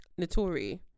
notori